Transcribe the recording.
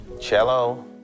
Cello